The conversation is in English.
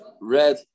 red